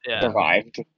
survived